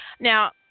Now